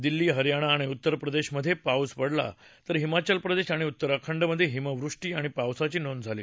दिल्ली हरयाणा आणि उत्तर प्रदेशमध्ये पाऊस पडला तर हिमावल प्रदेश आणि उत्तराखंडमध्ये हिमवृष्टी आणि पावसाची नोंद झाली